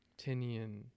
tinian